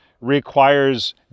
requires